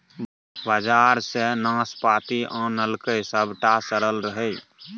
बजार सँ नाशपाती आनलकै सभटा सरल रहय